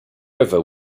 river